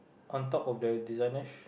on top of the designer